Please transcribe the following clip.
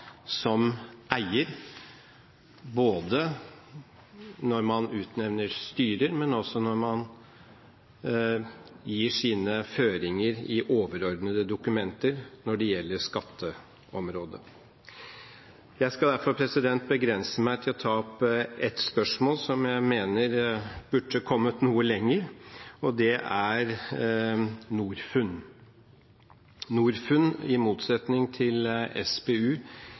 som eier, både når man utnevner styrer, og når man gir sine føringer i overordnede dokumenter når det gjelder skatteområdet. Jeg skal derfor begrense meg til å ta opp et spørsmål som jeg mener burde kommet noe lenger. Det gjelder Norfund. Norfund, i motsetning til